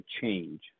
change